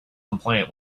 compliant